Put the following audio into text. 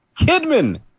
Kidman